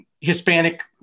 Hispanic